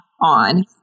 on